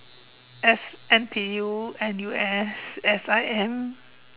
S~ N_T_U N_U_S S_I_M